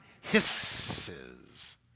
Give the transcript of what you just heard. hisses